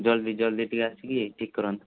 ଜଲ୍ଦି ଜଲ୍ଦି ଟିକିଏ ଆସିକି ଠିକ୍ କରନ୍ତୁ